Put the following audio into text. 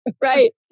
Right